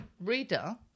Reader